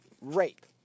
rape